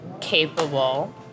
capable